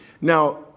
Now